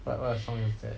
what what song is that